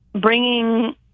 bringing